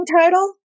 title